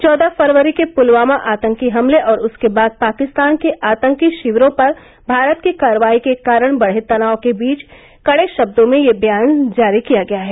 चौदह फरवरी के पुलवामा आतंकी हमले और उसके बाद पाकिस्तान के आतंकी शिविरों पर भारत की कार्रवाई के कारण बढ़े तनाव के बीच कड़े शब्दों में यह व्यान जारी किया गया है